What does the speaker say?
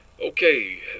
Okay